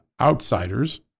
outsiders